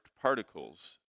particles